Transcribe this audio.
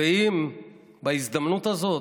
ואם בהזדמנות הזאת,